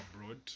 abroad